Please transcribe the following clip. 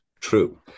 true